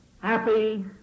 Happy